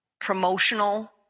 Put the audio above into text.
promotional